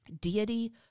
Deity